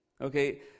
Okay